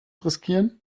riskieren